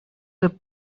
the